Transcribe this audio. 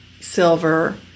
silver